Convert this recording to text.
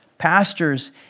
pastors